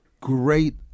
Great